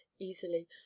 easily